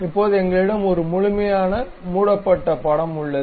இப்போது எங்களிடம் ஒரு முழுமையான மூலப்பட்ட படம் உள்ளது